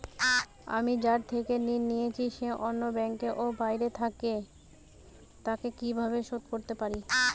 আমি যার থেকে ঋণ নিয়েছে সে অন্য ব্যাংকে ও বাইরে থাকে, তাকে কীভাবে শোধ করতে পারি?